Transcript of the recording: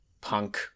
punk